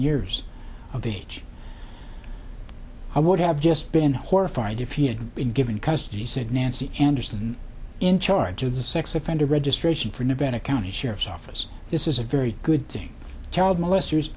years of age i would have just been horrified if he had been given custody said nancy anderson in charge of the sex offender registration for nevada county sheriff's office this is a very good thing child molester